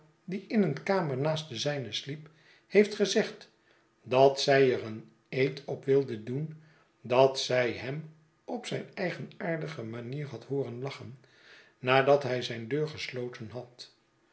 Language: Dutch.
die in een kamer naast de zijne sliep heeft gezegd dat zij er een eed op wilde doen dat zij hem op zijn eigenaardige manier had hooren lachen nadat hij zijn deur gesloten had